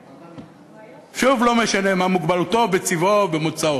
שוב, לא משנה מה מוגבלותו וצבעו ומוצאו.